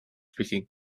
speaking